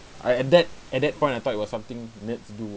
I at that at that point I thought it was something needs do